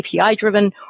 API-driven